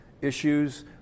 issues